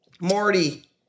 Marty